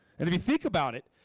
and if you think about it,